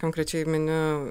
konkrečiai miniu